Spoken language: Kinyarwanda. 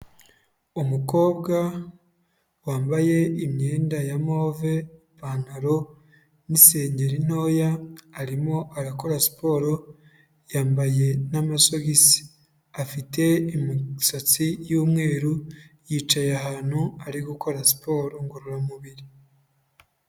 Umukobwa wambaye imyenda ya move, ipantaro n'isengeri ntoya arimo arakora siporo yambaye n'amasogisi, afite imisatsi y'umweru yicaye ahantu ari gukora siporo ngororamubiri.